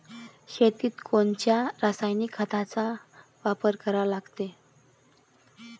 शेतीत कोनच्या रासायनिक खताचा वापर करा लागते?